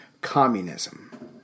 communism